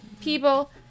people